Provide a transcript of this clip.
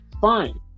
fine